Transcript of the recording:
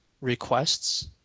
requests